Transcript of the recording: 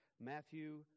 Matthew